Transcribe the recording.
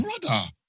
brother